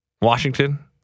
Washington